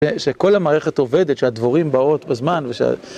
שכל המערכת עובדת, שהדבורים באות בזמן וש...